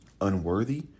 unworthy